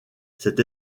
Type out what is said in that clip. cette